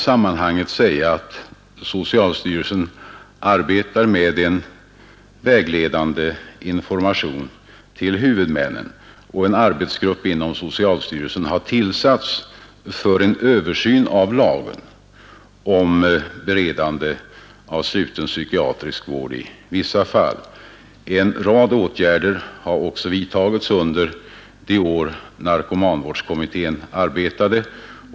Socialstyrelsen arbetar med en vägledande information till huvudmännen, och en arbetsgrupp inom socialstyrelsen har tillsatts för en översyn av lagen om beredande av sluten psykiatrisk vård i vissa fall. En rad åtgärder har också vidtagits under de år narkomanvårdskommittén arbetade.